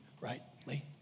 rightly